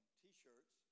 t-shirts